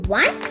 one